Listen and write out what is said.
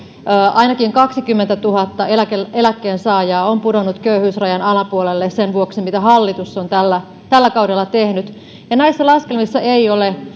ainakin kaksikymmentätuhatta eläkkeensaajaa on pudonnut köyhyysrajan alapuolelle sen vuoksi mitä hallitus on tällä tällä kaudella tehnyt näissä laskelmissa ei vielä ole